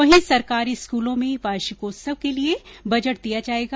वहीं सरकारी स्कूलों में वार्षिकोत्सव के लिये बजट दिया जायेगा